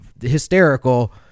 hysterical